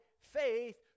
faith